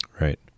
Right